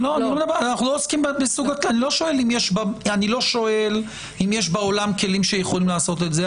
לא שואל אם יש בעולם כלים שיכולים לעשות את זה.